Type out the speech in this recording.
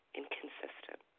inconsistent